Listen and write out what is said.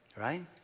right